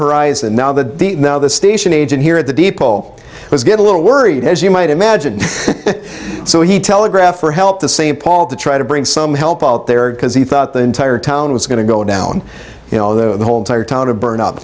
horizon now that the now the station agent here at the depot was good a little worried as you might imagine so he telegraphed for help to st paul to try to bring some help out there because he thought the entire town was going to go down you know the whole entire town to burn